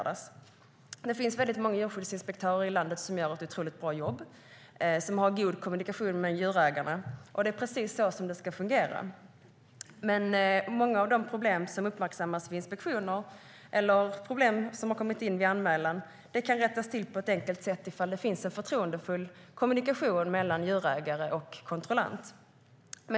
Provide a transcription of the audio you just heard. Det finns många djurskyddsinspektörer i landet som gör ett otroligt bra jobb och som har god kommunikation med djurägarna. Det är precis så det ska fungera. Men många av de problem som uppmärksammas vid inspektioner eller som har kommit in vid anmälan kan rättas till på ett enkelt sätt om det finns en förtroendefull kommunikation mellan djurägare och kontrollant.